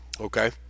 okay